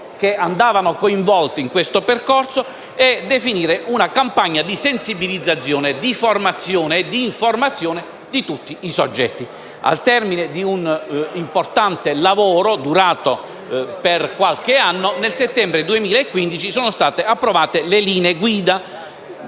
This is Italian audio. che andavano coinvolte nel percorso; nonché per definire una campagna di sensibilizzazione, formazione e informazione di tutti i soggetti. Al termine di un importante lavoro durato qualche anno, nel settembre 2015 sono state approvate le linee guida,